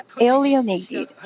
alienated